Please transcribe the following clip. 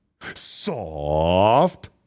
Soft